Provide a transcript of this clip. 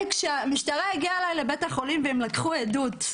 כשהמשטרה הגיעה אליי לבית החולים והם לקחו עדות,